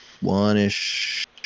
one-ish